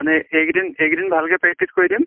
মানে এইকেইদিন এইকেইদিন ভালকৈ প্ৰেক্টিচ কৰি দিম